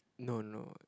no no